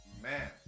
man